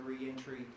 Reentry